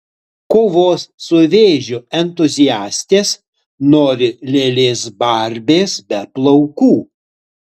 kovos su vėžiu entuziastės nori lėlės barbės be plaukų